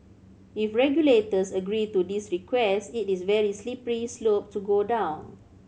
if regulators agree to this request it is very slippery slope to go down